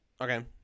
Okay